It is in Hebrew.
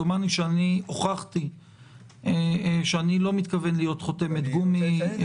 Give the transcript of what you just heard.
דומני שאני הוכחתי שאני לא מתכוון להיות חותמת גומי.